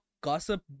gossip